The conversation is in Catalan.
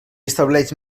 estableix